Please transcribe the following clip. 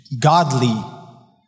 godly